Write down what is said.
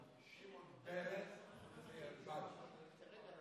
(אומר בערבית: תבקש,)